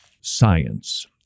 Science